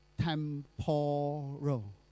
temporal